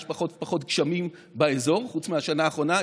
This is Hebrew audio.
יש פחות ופחות גשמים באזור, חוץ מבשנה האחרונה.